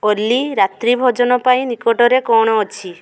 ଓଲି ରାତ୍ରି ଭୋଜନ ପାଇଁ ନିକଟରେ କ'ଣ ଅଛି